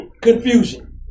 confusion